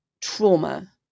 trauma